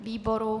Výboru?